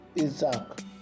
Isaac